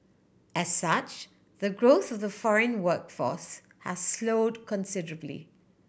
as such the growth of the foreign workforce has slowed considerably